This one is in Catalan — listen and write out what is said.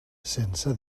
sense